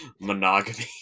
monogamy